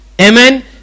Amen